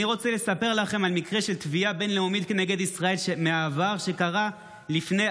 אני רוצה לספר לכם על מקרה של תביעה בין-לאומית כנגד ישראל שקרתה בעבר,